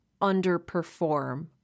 underperform